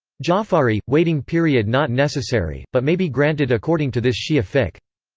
ja'fari waiting period not necessary, but may be granted according to this shia fiqh.